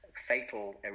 fatal